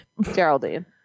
Geraldine